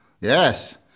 Yes